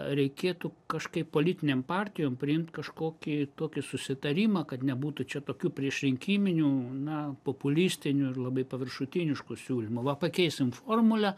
reikėtų kažkaip politinėm partijom priimt kažkokį tokį susitarimą kad nebūtų čia tokių priešrinkiminių na populistinių ir labai paviršutiniškų siūlymų va pakeisim formulę